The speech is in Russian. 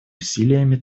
усилиями